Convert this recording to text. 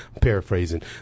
paraphrasing